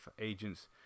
agents